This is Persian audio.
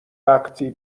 وقتی